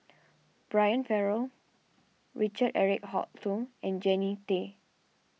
Brian Farrell Richard Eric Holttum and Jannie Tay